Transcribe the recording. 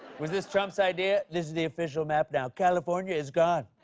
was this trump's idea? this is the official map now. california is gone.